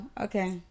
okay